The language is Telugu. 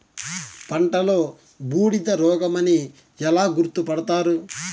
పంటలో బూడిద రోగమని ఎలా గుర్తుపడతారు?